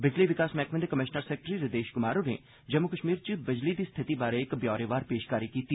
बिजली विकास मैहकमे दे कमिशनर सैक्रेटरी हृदेश कुमार होरें जम्मू कश्मीर च बिजली दी स्थिति बारै इक ब्यौरेवार पेशकारी कीती